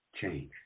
change